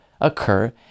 occur